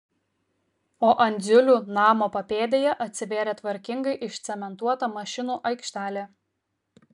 o andziulių namo papėdėje atsivėrė tvarkingai išcementuota mašinų aikštelė